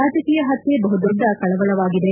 ರಾಜಕೀಯ ಹತ್ಯೆ ಬಹುದೊಡ್ಡ ಕಳವಳವಾಗಿದೆ